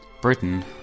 Britain